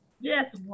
yes